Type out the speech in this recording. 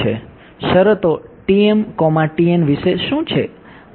શરતો વિશે શું છે